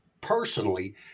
personally